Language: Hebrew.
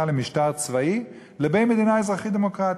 למשטר צבאי לבין מדינה אזרחית-דמוקרטית.